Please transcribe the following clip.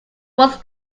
was